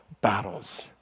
battles